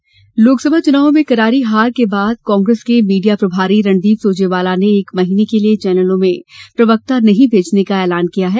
कांग्रेस प्रवक्ता रोक लोक सभा चुनावों में करारी हार के बाद कांग्रेस के मीडिया प्रभारी रणदीप सुरजेवाला ने एक महीने के लिए चैनलों में प्रवक्ता न भेजने का एलान किया है